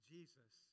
Jesus